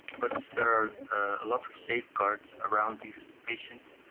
but there are a lot of safeguards around these patients.